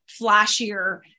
flashier